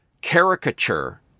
caricature